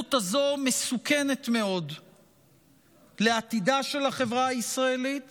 ההידרדרות הזאת מסוכנת מאוד לעתידה של החברה הישראלית